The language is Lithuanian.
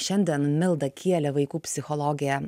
šiandien milda kielė vaikų psichologė